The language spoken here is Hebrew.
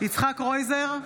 יצחק קרויזר,